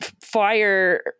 fire